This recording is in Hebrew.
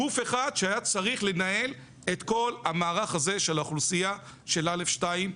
גוף אחד שהיה צריך לנהל את כל המערך הזה של האוכלוסייה של א.2,